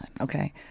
okay